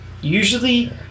Usually